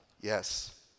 Yes